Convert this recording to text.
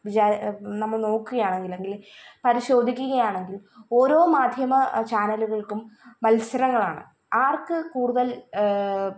വിചാരം നമ്മള് നോക്കുകയാണെങ്കില് അല്ലെങ്കില് പരിശോധിക്കുകയാണെങ്കില് ഓരോ മാധ്യമ ചാനലുകള്ക്കും മത്സരങ്ങളാണ് ആര്ക്ക് കൂടുതല്